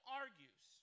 argues